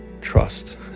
trust